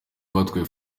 batwaye